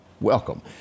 Welcome